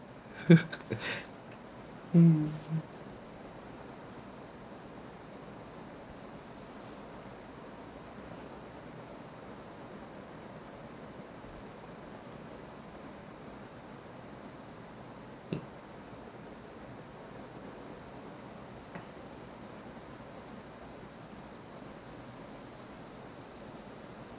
mm